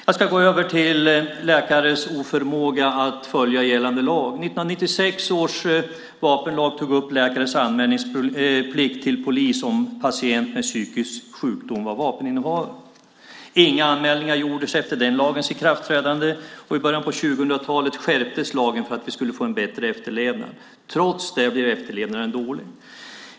Jag ska gå över till läkares oförmåga att följa gällande lag. 1996 års vapenlag tog upp läkares anmälningsplikt till polis om patient med psykisk sjukdom var vapeninnehavare. Inga anmälningar gjordes efter den lagens ikraftträdande, och i början på 2000-talet skärptes lagen för att vi skulle få bättre efterlevnad. Trots det blev efterlevnaden dålig.